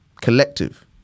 collective